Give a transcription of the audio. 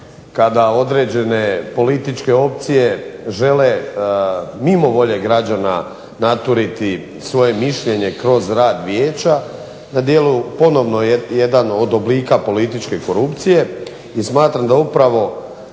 kada određene političke opcije žele mimo volje građana naturiti svoje mišljenje kroz rad vijeća na djelu ponovno jedan od oblika političke korupcije. I smatram da upravo